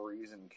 reason